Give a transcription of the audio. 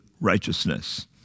righteousness